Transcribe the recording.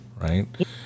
right